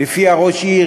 שלפיה ראש עיר